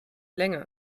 länger